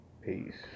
Peace